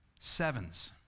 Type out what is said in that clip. sevens